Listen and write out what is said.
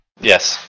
Yes